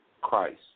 Christ